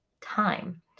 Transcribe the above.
time